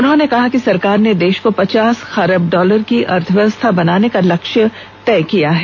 उन्होंने कहा कि सरकार ने देश को पचास खरब डॉलर की अर्थव्यवस्था बनाने का लक्ष्य तय किया है